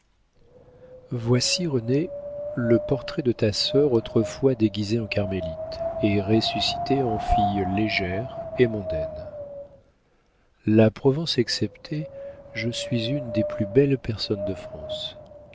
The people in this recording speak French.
voici renée le portrait de ta sœur autrefois déguisée en carmélite et ressuscitée en fille légère et mondaine la provence exceptée je suis une des plus belles personnes de france